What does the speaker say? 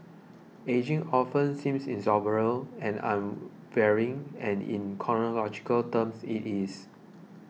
ageing often seems inexorable and unvarying and in chronological terms it is